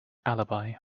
alibi